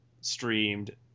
streamed